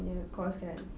punya course kan